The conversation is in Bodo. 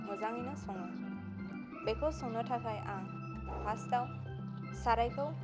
मोजाङैनो सङो बेखौ संनो थाखाय आं फासआव सारायखौ